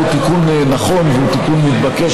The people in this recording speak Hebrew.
הוא תיקון נכון והוא תיקון מתבקש,